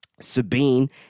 Sabine